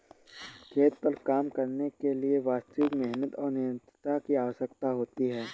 खेत पर काम करने के लिए वास्तविक मेहनत और निरंतरता की आवश्यकता होती है